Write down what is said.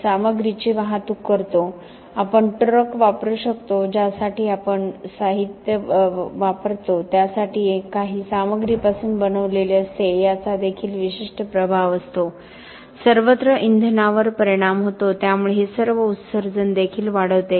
आपण सामग्रीची वाहतूक करतो आपण ट्रक वापरू शकतो ज्यासाठी आपण ट्रकसाठी साहित्य वापरतो त्यासाठी आपण काही सामग्रीपासून बनविलेले असते याचा देखील विशिष्ट प्रभाव असतो सर्वत्र इंधनावर परिणाम होतो त्यामुळे हे सर्व उत्सर्जन देखील वाढवते